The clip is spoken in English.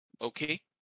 Okay